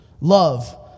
love